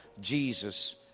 Jesus